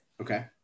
Okay